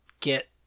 get